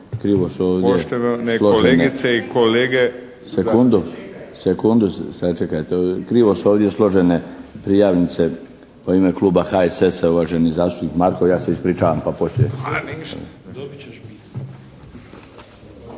Krivo su ovdje složene prijavnice. U ime kluba HSS-a, uvaženi zastupnik Markov. Ja se ispričavam.